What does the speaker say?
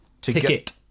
Ticket